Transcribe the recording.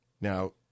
Now